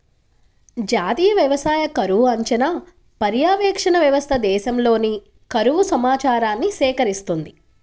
జాతీయ వ్యవసాయ కరువు అంచనా, పర్యవేక్షణ వ్యవస్థ దేశంలోని కరువు సమాచారాన్ని సేకరిస్తుంది